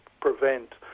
prevent